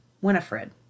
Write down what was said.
Winifred